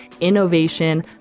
innovation